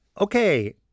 Okay